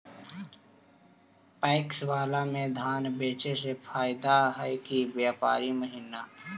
PACS बाला में धान बेचे मे फायदा है कि व्यापारी महिना?